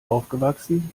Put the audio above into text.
aufgewachsen